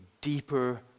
deeper